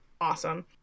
Awesome